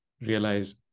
realize